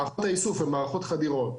מערכות האיסוף הן מערכות חדירות.